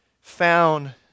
found